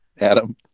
Adam